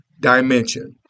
dimension